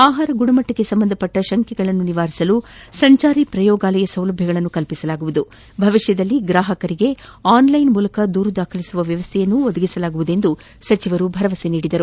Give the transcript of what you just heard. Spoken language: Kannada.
ಆಹಾರ ಗುಣಮಟ್ಟಕ್ಕೆ ಸಂಬಂಧಿಸಿದ ಶಂಕೆಗಳನ್ನು ನಿವಾರಿಸಲು ಸಂಚಾರಿ ಪ್ರಯೋಗಾಲಯ ಸೌಲಭ್ಯಗಳನ್ನು ಕಲ್ಪಿಸಲಾಗುವುದು ಭವಿಷ್ಣದಲ್ಲಿ ಗ್ರಾಹಕರಿಗೆ ಆನ್ಲೈನ್ನಲ್ಲಿ ದೂರು ದಾಖಲಿಸುವ ವ್ಹವಸ್ಥೆಯನ್ನು ಒದಗಿಸಲಾಗುವುದು ಎಂದು ಸಚವರು ಭರವಸೆ ನೀಡಿದರು